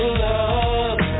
love